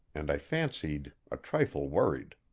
and fancied a trifle worried.